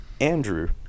Andrew